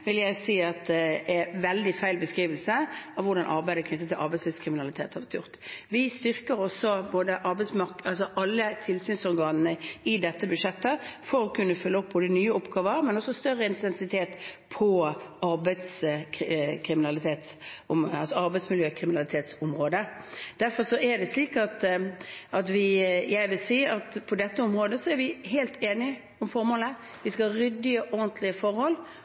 vil jeg si er en veldig feil beskrivelse av hvordan arbeidet knyttet til arbeidslivskriminalitet har vært gjort. Vi styrker også alle tilsynsorganene i dette budsjettet for å kunne følge opp nye oppgaver og også ha større intensitet på området mot arbeidsmiljøkriminalitet. Derfor vil jeg si at på dette området er vi helt enige om formålet. Vi skal ha ryddige og ordentlige forhold,